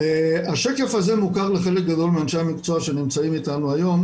השקף הזה מוכר לחלק גדול מאנשי המקצוע שנמצאים איתנו היום,